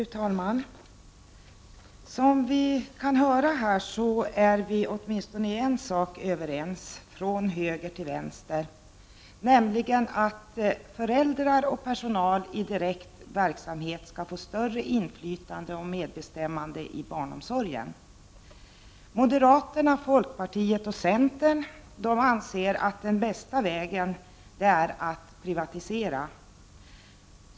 Fru talman! Som vi kan höra här är vi åtminstone i en sak överens från höger till vänster, nämligen att föräldrar och personal i direkt verksamhet skall få större inflytande och medbestämmande i barnomsorgen. Moderaterna, folkpartiet och centern anser att den bästa vägen är att privatisera.